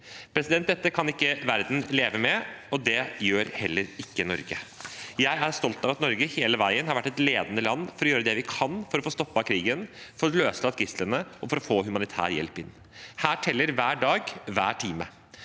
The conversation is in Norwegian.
for barn. Dette kan ikke verden leve med, og det gjør heller ikke Norge. Jeg er stolt av at Norge hele veien har vært et ledende land for å gjøre det vi kan for å få stoppet krigen, for å få løslatt gislene og for å få humanitær hjelp inn. Her teller hver dag, hver time.